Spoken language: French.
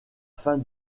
fin